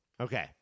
Okay